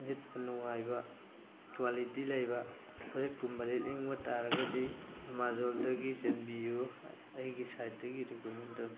ꯂꯤꯠꯄ ꯅꯨꯡꯉꯥꯏꯕ ꯀ꯭ꯋꯥꯂꯤꯇꯤ ꯂꯩꯕ ꯐꯨꯔꯤꯠ ꯀꯨꯝꯕ ꯂꯤꯠꯅꯤꯡꯕ ꯇꯥꯔꯒꯗꯤ ꯑꯦꯃꯥꯖꯣꯟꯗꯒꯤ ꯆꯦꯟꯕꯤꯌꯨ ꯑꯩꯒꯤ ꯁꯥꯏꯗꯇꯒꯤ ꯔꯤꯀꯃꯦꯟ ꯇꯧꯔꯤ